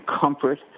comfort